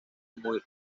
muy